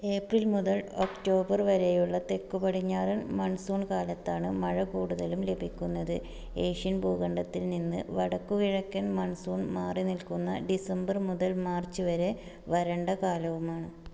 April മുതൽ October വരെയുള്ള തെക്കുപടിഞ്ഞാറൻ മണ്സൂണ് കാലത്താണ് മഴ കൂടുതലും ലഭിക്കുന്നത് ഏഷ്യൻ ഭൂഖണ്ഡത്തില് നിന്ന് വടക്കുകിഴക്കൻ മണ്സൂണ് മാറിനില്ക്കുന്ന ഡിസംബർ മുതൽ മാർച്ച് വരെ വരണ്ട കാലവുമാണ്